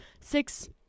six